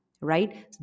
right